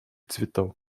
цветов